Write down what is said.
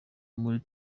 muri